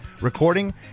recording